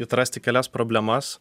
atrasti kelias problemas